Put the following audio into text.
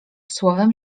słowem